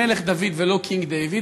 "המלך דוד" ולא King David,